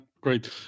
great